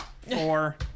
Four